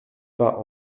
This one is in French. pas